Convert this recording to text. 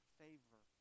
favor